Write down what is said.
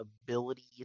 ability